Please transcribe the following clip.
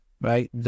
right